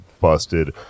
busted